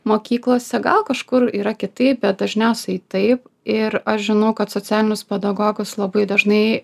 mokyklose gal kažkur yra kitaip bet dažniausiai taip ir aš žinau kad socialinius pedagogus labai dažnai